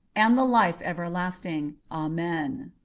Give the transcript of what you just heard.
and the life everlasting. amen.